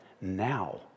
Now